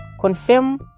confirm